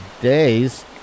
days